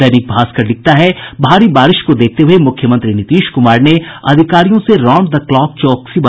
दैनिक भास्कर लिखता है भारी बारिश को देखते हुए मुख्यमंत्री नीतीश कुमार ने अधिकारियों से रॉउंड द क्लॉक चौकसी बरतने को कहा